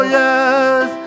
yes